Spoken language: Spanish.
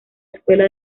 escuela